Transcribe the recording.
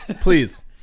Please